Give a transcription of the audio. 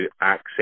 access